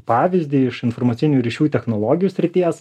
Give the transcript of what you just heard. pavyzdį iš informacinių ryšių technologijų srities